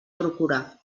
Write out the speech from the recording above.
procura